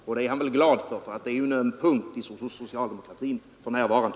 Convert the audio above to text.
Och det är han väl glad för — det är ju en öm punkt för socialdemokratin för närvarande.